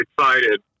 excited